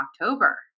October